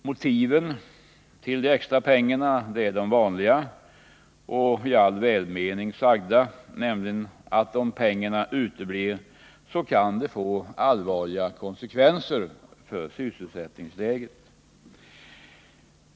Motivet till de extra pengarna är det vanliga — och i all välmening sagda — nämligen att om pengarna uteblir kan det ”få allvarliga konsekvenser för sysselsättningsläget”.